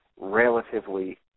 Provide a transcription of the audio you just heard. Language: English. relatively